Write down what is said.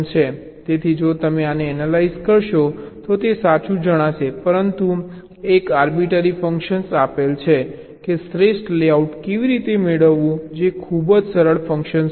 તેથી જો તમે આને એનાલાઇઝ કરશો તો તે સાચું જણાશે પરંતુ એક આર્બીટરી ફંકશન આપેલ છે કે શ્રેષ્ઠ લેઆઉટ કેવી રીતે મેળવવું જે ખૂબ સરળ ફંકશન નથી